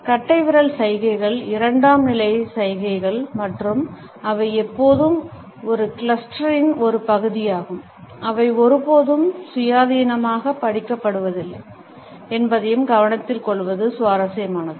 கட்டைவிரல் சைகைகள் இரண்டாம் நிலை சைகைகள் மற்றும் அவை எப்போதும் ஒரு கிளஸ்டரின் ஒரு பகுதியாகும் அவை ஒருபோதும் சுயாதீனமாக படிக்கப்படுவதில்லை என்பதையும் கவனத்தில் கொள்வது சுவாரஸ்யமானது